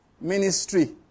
Ministry